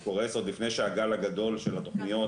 הוא קורס עוד לפני שהגל הגדול של התוכניות